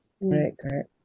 correct correct